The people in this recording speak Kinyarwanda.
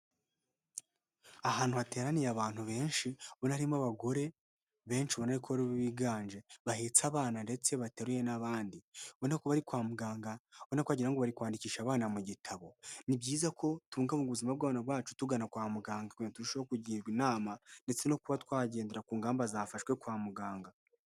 Ahantu hateraniye abantu benshi ubona harimo abagore benshi ubona ko biganje, bahetse abana ndetse bateruye n'abandi ubona ko bari kwa muganga ahubwo na twagirango ngo bari kwandikisha abana mu gitabo, ni byiza ko tubunga bunga ubuzima bwabana bacu tugana kwa muganga kugira ngo turusheho kugirwa inama ndetse no kuba twagendera ku ngamba zafashwe kwa muganga.